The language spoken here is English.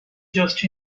just